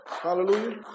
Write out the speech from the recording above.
Hallelujah